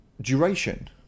duration